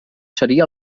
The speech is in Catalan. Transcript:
seria